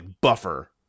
buffer